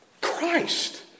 Christ